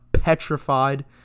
petrified